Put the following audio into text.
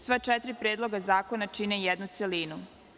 Sva četiri predloga zakona čine jednu celinu.